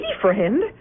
friend